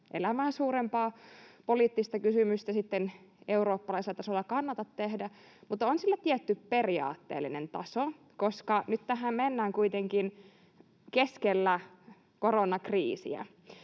elämää suurempaa poliittista kysymystä sitten eurooppalaisella tasolla kannata tehdä, mutta on sillä tietty periaatteellinen taso, koska nyt tähän mennään kuitenkin keskellä koronakriisiä.